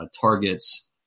targets